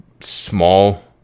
small